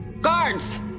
Guards